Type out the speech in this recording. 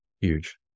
huge